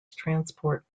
transport